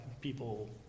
people